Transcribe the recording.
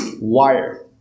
wire